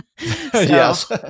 Yes